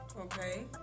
okay